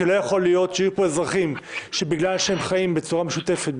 כי לא יכול להיות שיהיו פה אזרחים שבגלל שהם חיים בצורה משותפת,